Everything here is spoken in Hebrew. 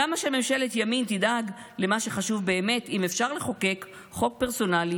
"למה שממשלת ימין תדאג למה שחשוב באמת אם אפשר לחוקק חוק פרסונלי